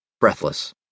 Breathless